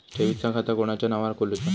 ठेवीचा खाता कोणाच्या नावार खोलूचा?